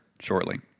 shortly